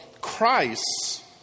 Christ